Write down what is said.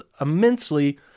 immensely